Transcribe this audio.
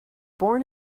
born